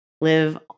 live